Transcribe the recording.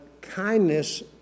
kindness